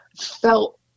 felt